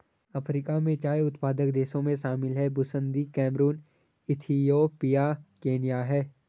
Africa में चाय उत्पादक देशों में शामिल हैं बुसन्दी कैमरून इथियोपिया केन्या है